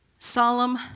Solemn